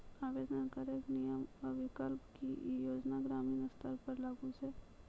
आवेदन करैक नियम आ विकल्प? की ई योजना ग्रामीण स्तर पर लागू छै?